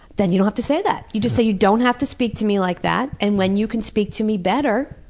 then you don't have to say that. you say, you don't have to speak to me like that, and when you can speak to me better,